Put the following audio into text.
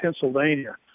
Pennsylvania